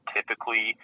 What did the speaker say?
Typically